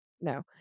No